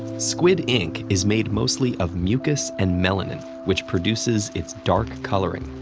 squid ink is made mostly of mucus and melanin, which produces its dark coloring.